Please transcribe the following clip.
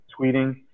tweeting